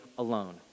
alone